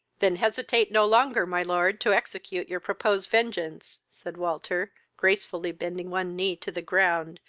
then hesitate no longer, my lord, to execute your proposed vengeance said walter, gracefully bending one knee to the ground,